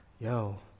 yo